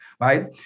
right